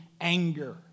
anger